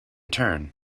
turn